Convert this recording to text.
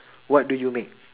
what do you make